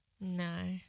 No